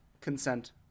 consent